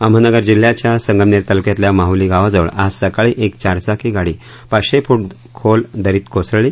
अहमदनगर जिल्ह्याच्या संगमनेर तालुक्यातल्या माहली गावाजवळ आज सकाळी एक चारचाकी गाडी पाचशे फूट खोल दरीत कोसळली